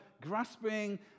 grasping